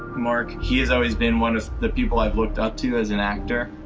mark, he has always been one of the people i've looked up to as an actor.